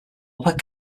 upper